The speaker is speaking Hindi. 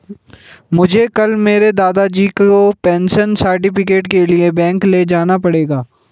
मुझे कल मेरे दादाजी को पेंशन सर्टिफिकेट के लिए बैंक ले जाना पड़ेगा